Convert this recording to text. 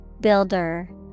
Builder